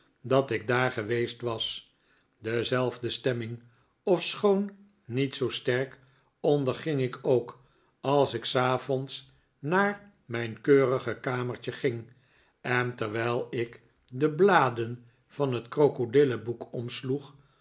dat ik daar geweest was dezelfde stemming ofschoon niet zoo sterk onderging ik ook als ik s avonds naar mijn keurige kamertje ging en terwijl ik de bladen van het krokodillen boek omsloeg